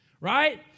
right